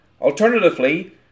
Alternatively